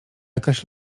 jakaś